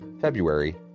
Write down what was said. February